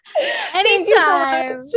Anytime